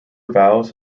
vows